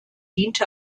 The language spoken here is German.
dient